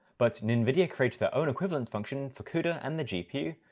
but nvidia created their own equivalent function for cuda and the gpu,